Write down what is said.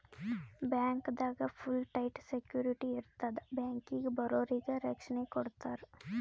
ಬ್ಯಾಂಕ್ದಾಗ್ full tight security ಇರ್ತದ್ ಬ್ಯಾಂಕಿಗ್ ಬರೋರಿಗ್ ರಕ್ಷಣೆ ಕೊಡ್ತಾರ